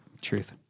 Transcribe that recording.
Truth